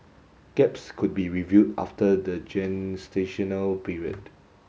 gaps could be reviewed after the gestational period